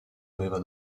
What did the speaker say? aveva